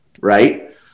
Right